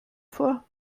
vor